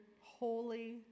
holy